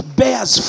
bears